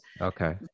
Okay